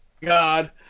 God